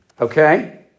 Okay